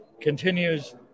continues